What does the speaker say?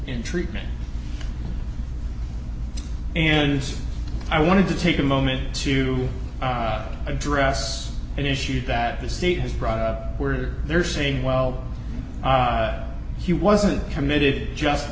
in treatment and i wanted to take a moment to address an issue that the state has brought where they're saying well he wasn't committed just